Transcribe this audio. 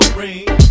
ring